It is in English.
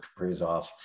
Kaprizov